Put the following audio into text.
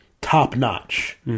top-notch